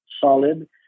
solid